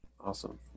awesome